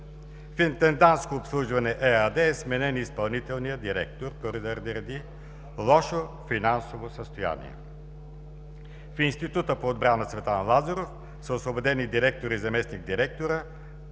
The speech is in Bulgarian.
В „Интендантско обслужване“ ЕАД е сменен изпълнителният директор поради лошо финансово състояние. В Института по отбрана „Цветан Лазаров“ са освободени директорът и заместник-директорът